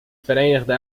verenigde